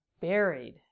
buried